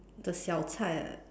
the 小菜 right